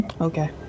Okay